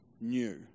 new